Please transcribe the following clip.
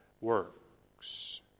works